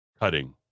Cutting